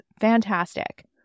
fantastic